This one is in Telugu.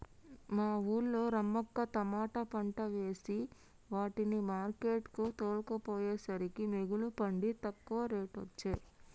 మా వూళ్ళో రమక్క తమాట పంట వేసే వాటిని మార్కెట్ కు తోల్కపోయేసరికే మిగుల పండి తక్కువ రేటొచ్చె